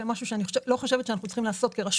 זה משהו שאני לא חושבת שאנחנו כרשות צריכים לעשות.